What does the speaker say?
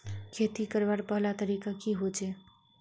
खेती करवार पहला तरीका की होचए?